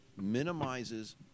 minimizes